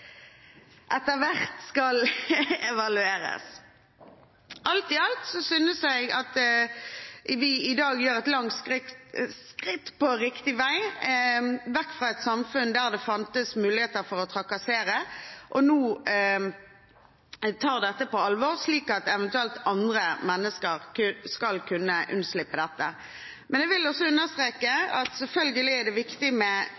etter hvert skal evalueres. Alt i alt synes jeg at vi i dag tar et langt skritt i riktig retning – vekk fra et samfunn der det finnes muligheter for noen til å trakassere, og at vi nå tar dette på alvor, slik at andre skal kunne slippe dette. Jeg vil også understreke at selvfølgelig er det viktig med